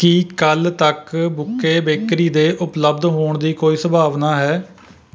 ਕੀ ਕੱਲ੍ਹ ਤੱਕ bouquet bakery ਦੇ ਉਪਲੱਬਧ ਹੋਣ ਦੀ ਕੋਈ ਸੰਭਾਵਨਾ ਹੈ